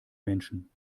menschen